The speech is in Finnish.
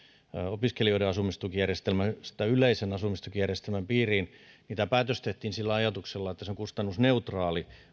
opiskelijoiden asumistukijärjestelmästä yleisen asumistukijärjestelmän piiriin niin tämä päätös tehtiin sillä ajatuksella että se on kustannusneutraali